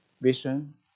vision